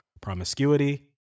promiscuity